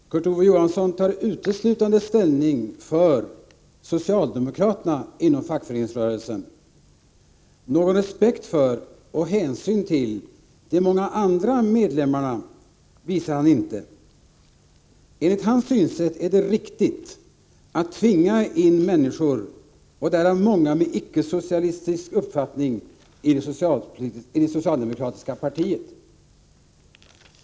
Herr talman! Kurt Ove Johansson tar uteslutande ställning för socialdemokraterna inom fackföreningsrörelsen. Någon respekt för och hänsyn till de många andra medlemmarna visar han inte. Enligt hans synsätt är det riktigt att tvinga in människor, och därav många med icke-socialistisk uppfattning, i det socialdemokratiska partiet.